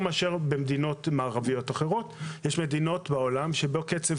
הדבר השני שבגינו קצב